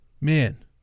man